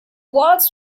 walls